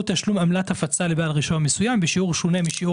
תשלום עמלת הפצה לבעל רישיון מסוים בשיעור שונה משיעור